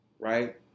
Right